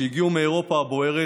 שהגיעו מאירופה הבוערת,